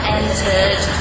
entered